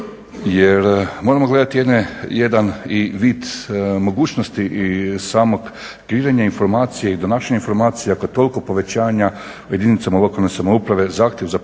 jer moramo gledati jedan i vid mogućnosti i samog križanja informacije i donašanja informacija koje je toliko povećanja u jedinicama lokalne samouprave, zahtjev za informiranjem